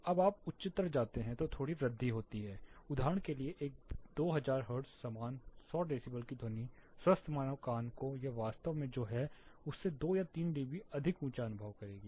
जब आप उच्चतर जाते हैं तो थोड़ी वृद्धि होती है उदाहरण के लिए एक 2000 हर्ट्ज समान 100 डेसिबल की ध्वनि स्वस्थ मानव कान को यह वास्तव में जो है उससे 2 या 3 डीबी अधिक ऊंचा अनुभव करेगी